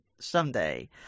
someday